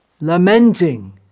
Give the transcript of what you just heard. lamenting